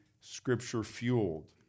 Scripture-fueled